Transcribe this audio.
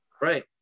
right